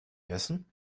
essen